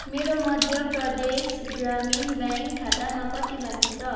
मेरो मध्य प्रदेश ग्रामीण ब्याङ्क खातामा कति बाँकी छ